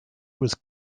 was